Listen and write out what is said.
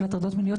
של הטרדות מיניות,